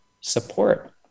support